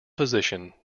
position